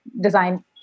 design